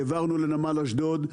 העברנו לנמל אשדוד,